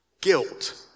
guilt